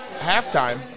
halftime